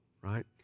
right